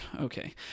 okay